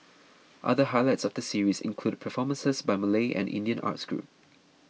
other highlights of the series include performances by Malay and Indian arts groups